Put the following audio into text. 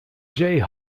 jay